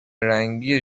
رنگی